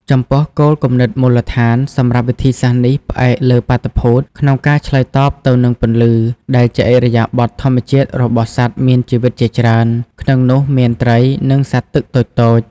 ចំពោះ គោលគំនិតមូលដ្ឋាន សម្រាប់វិធីសាស្រ្តនេះផ្អែកលើបាតុភូត ក្នុងការឆ្លើយតបទៅនឹងពន្លឺ ដែលជាឥរិយាបថធម្មជាតិរបស់សត្វមានជីវិតជាច្រើន ក្នុងនោះមានត្រី និងសត្វទឹកតូចៗ។